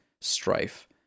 strife